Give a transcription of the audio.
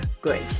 good